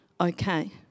Okay